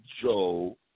Joe